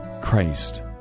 Christ